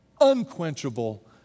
unquenchable